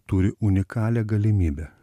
turi unikalią galimybę